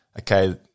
okay